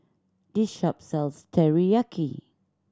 this shop sells Teriyaki